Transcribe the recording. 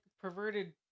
perverted